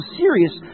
serious